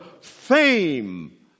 fame